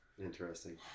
Interesting